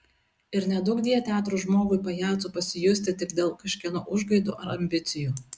ir neduokdie teatro žmogui pajacu pasijusti tik dėl kažkieno užgaidų ar ambicijų